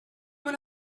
when